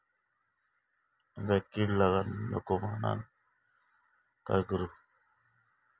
आंब्यक कीड लागाक नको म्हनान काय करू?